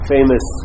Famous